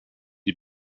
die